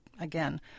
again